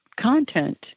content